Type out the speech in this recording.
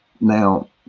now